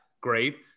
Great